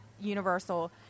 Universal